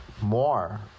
more